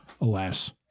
alas